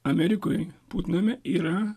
amerikoje putname yra